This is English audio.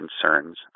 concerns